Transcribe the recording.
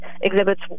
exhibits